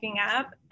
app